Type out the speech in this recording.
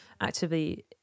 actively